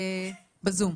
בזום.